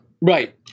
Right